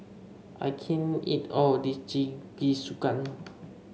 I can't eat all of this Jingisukan